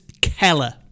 Keller